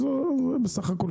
בסך הכול,